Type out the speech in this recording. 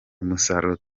umusaruro